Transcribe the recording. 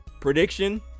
Prediction